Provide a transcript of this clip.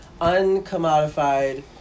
uncommodified